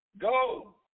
go